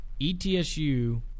ETSU